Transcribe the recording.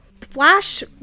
Flash